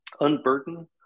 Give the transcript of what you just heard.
unburden